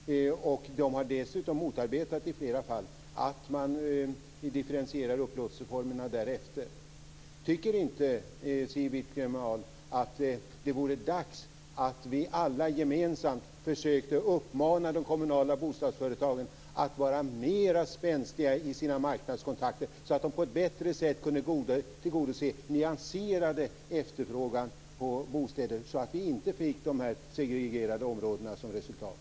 De har dessutom i flera fall motarbetat att man differentierar upplåtelseformerna därefter. Tycker ni inte, Siw Wittgren-Ahl, att det vore dags att vi alla gemensamt försökte uppmana de kommunala bostadsföretagen att vara mera spänstiga i sina marknadskontakter så att de på ett bättre sätt kunde tillgodose nyanserad efterfrågan av bostäder så att vi inte fick segregerade områden som resultat?